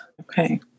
Okay